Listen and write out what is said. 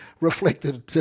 reflected